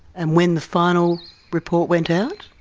and when the final report went out?